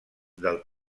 del